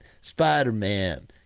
Spider-Man